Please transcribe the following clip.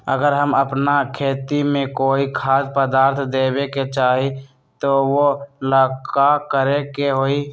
अगर हम अपना खेती में कोइ खाद्य पदार्थ देबे के चाही त वो ला का करे के होई?